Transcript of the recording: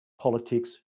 politics